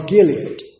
Gilead